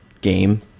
game